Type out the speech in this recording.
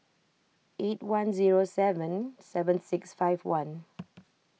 eight one zero seven seven six five one